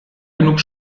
genug